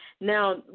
Now